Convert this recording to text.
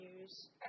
use